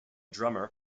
drummer